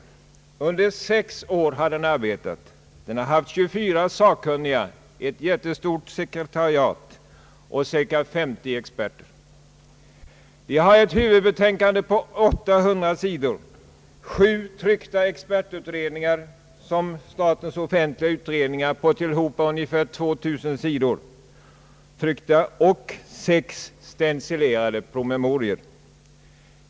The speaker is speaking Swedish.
Den har arbetat under sex år, den har haft till sitt förfogande 24 sakkunniga, ett jättestort sekretariat och cirka 50 experter. Den har avgivit ett huvudbetänkande på 800 sidor och sju tryckta expertutredningar från statens offentliga utredningar på tillhopa ungefär 2000 trycksidor samt sex stencilerade promemorior.